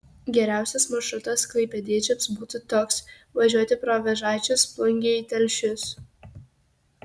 geriausias maršrutas klaipėdiečiams būtų toks važiuoti pro vėžaičius plungę į telšius